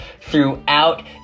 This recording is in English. throughout